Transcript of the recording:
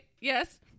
yes